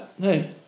hey